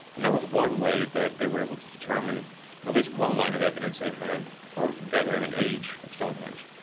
and that was one way that they were able to determine at least one line of evidence they had for gathering an age of stonehenge.